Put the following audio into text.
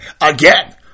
again